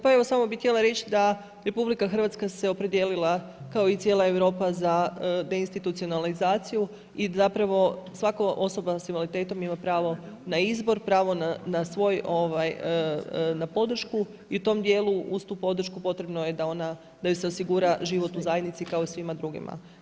Pa evo samo bi htjela reći da se RH opredijelila kao i cijela Europa za deinstitucionalizaciju i zapravo svaka osoba s invaliditetom ima pravo na izbor, pravo na podršku i u tom dijelu uz tu podršku potrebno je da joj se osigura život u zajednici kao i svima drugima.